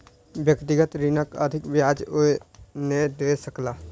व्यक्तिगत ऋणक अधिक ब्याज ओ नै दय सकला